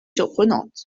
surprenante